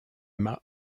mât